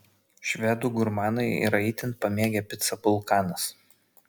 švedų gurmanai yra itin pamėgę picą vulkanas